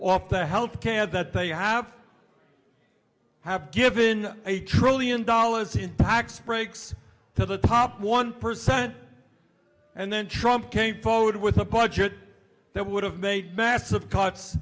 off the health care that they have have given a trillion dollars in tax breaks to the top one percent and then trump came forward with a budget that would have made massive cuts